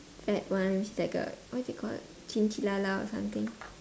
fat ones that got what is it called or something